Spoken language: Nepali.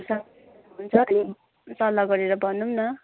हुन्छ अनि सल्ला गरेर भनौँ न